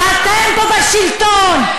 אתם פה בשלטון,